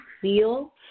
feel